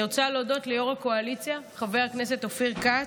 אני רוצה להודות ליו"ר הקואליציה חבר הכנסת אופיר כץ,